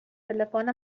تلفن